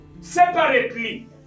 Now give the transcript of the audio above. separately